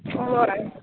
वोय